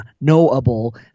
knowable